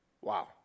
Wow